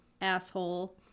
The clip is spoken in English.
asshole